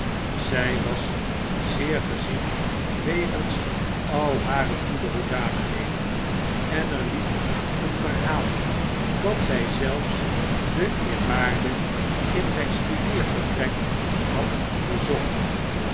zy was zeer gezien wegens al hare goede hoedanigheden en er liep een verhaal dat zy zelfs den eerwaarde in zijn studeervertrek had bezocht